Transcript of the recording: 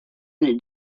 going